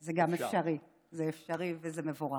שזה גם אפשרי, זה אפשרי וזה מבורך.